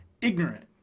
ignorant